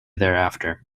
thereafter